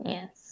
Yes